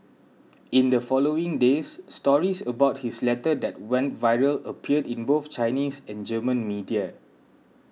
in the following days stories about his letter that went viral appeared in both Chinese and German media